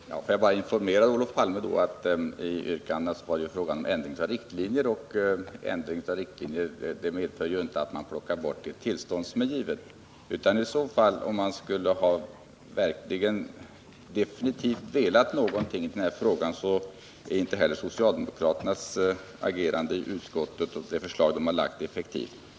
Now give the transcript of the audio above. Herr talman! Jag vill då informera Olof Palme om att yrkandena gick ut på en ändring av riktlinjerna. Ändring av riktlinjer medför inte att man plockar bort ett givet tillstånd. Om man verkligen hade velat någonting i denna fråga, är inte heller socialdemokraternas agerande i utskottet och det förslag som de 37 har framlagt effektivt.